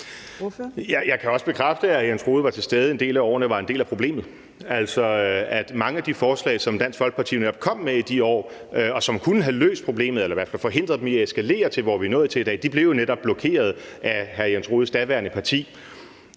Jeg kan også bekræfte, at hr. Jens Rohde var til stede en del af årene og var en del af problemet. Mange af de forslag, som Dansk Folkeparti netop kom med i de år, og som kunne have løst problemerne eller i hvert fald have forhindret dem i at eskalere til, hvor vi er nået til i dag, blev jo netop blokeret af hr. Jens Rohdes daværende parti,